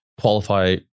qualify